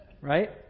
Right